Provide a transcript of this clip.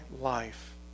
life